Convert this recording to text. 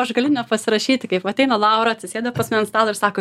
aš galiu nepasirašyti kaip ateina laura atsisėdoa ant stalo ir sako